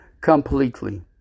completely